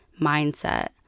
mindset